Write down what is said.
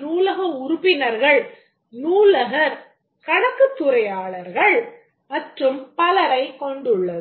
நூலக உறுப்பினர்கள் நூலகர் கணக்குத்துறையாளர்கள் மற்றும் பலரை கொண்டுள்ளது